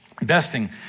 Investing